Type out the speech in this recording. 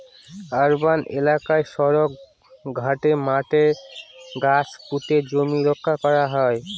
urban এলাকায় সড়ক, ঘাটে, মাঠে গাছ পুঁতে জমি রক্ষা করা হয়